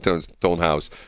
Stonehouse